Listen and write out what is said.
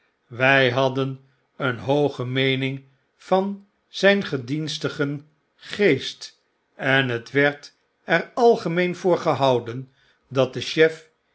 wij hadden een hooge meening van zijn gedienstigen geest en het werd er algemeen voor gehouden dat de chef